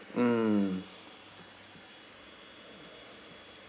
mm